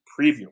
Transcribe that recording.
Preview